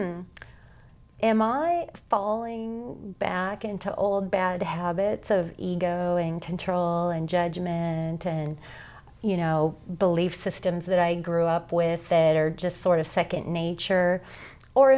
i falling back into old bad habits of ego in control and judgment and you know belief systems that i grew up with that are just sort of second nature or